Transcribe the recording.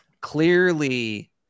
Clearly